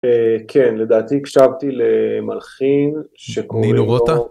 כן, לדעתי הקשבתי למלחין שקוראים לו... נינו רוטה?